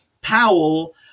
Powell